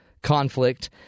Conflict